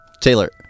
Taylor